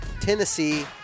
Tennessee